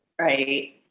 Right